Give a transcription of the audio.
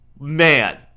man